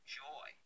joy